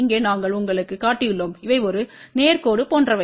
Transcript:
இங்கே நாங்கள் உங்களுக்குக் காட்டியுள்ளோம் இவை ஒரு நேர் கோடு போன்றவை